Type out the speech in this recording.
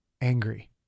angry